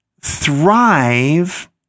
thrive